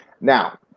Now